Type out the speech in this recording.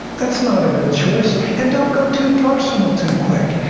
that's not a good choice. and don't go too personal too quick.